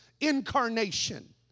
incarnation